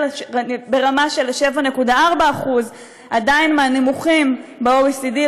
הוא ברמה של 7.4% עדיין מהנמוכים ב-OECD,